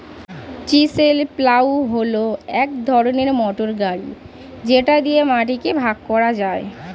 chisel plough হল এক ধরনের মোটর গাড়ি যেটা দিয়ে মাটিকে ভাগ করা যায়